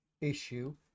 issue